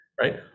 right